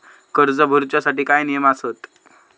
कर्ज भरूच्या साठी काय नियम आसत?